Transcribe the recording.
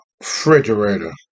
refrigerator